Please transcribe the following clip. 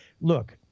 look